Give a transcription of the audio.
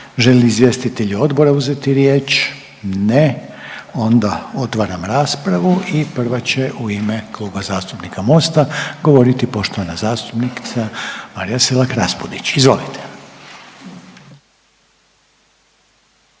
li izvjestitelji odbora uzeti riječ? Ne, onda otvaram raspravu i prva će u ime Kluba zastupnika Mosta govoriti poštovana zastupnica Marija Selak Raspudić. Izvolite.